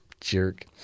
Jerk